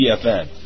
TFN